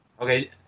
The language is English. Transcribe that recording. Okay